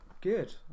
Good